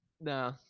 No